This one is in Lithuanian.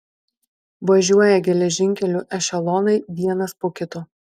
važiuoja geležinkeliu ešelonai vienas po kito